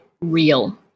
real